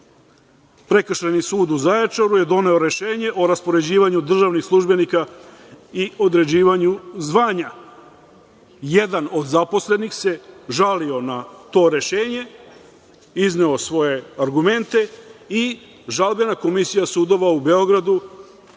sud u Zaječaru je doneo rešenje o raspoređivanju državnih službenika i određivanju zvanja. Jedan od zaposlenih se žalio na to rešenje, izneo svoje argumente i Žalbena komisija sudova u Beogradu